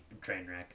Trainwreck